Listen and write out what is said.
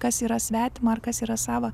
kas yra svetima ar kas yra sava